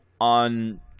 on